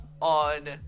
On